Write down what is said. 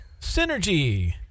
Synergy